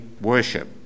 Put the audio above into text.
worship